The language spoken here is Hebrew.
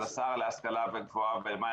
אז השר להשכלה גבוהה ולמים,